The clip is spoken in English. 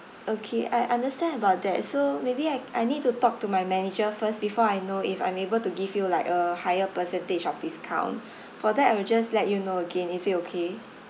okay I understand about that so maybe I I need to talk to my manager first before I know if I'm able to give you like a higher percentage of discount for that I will just let you know again is it okay